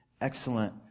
excellent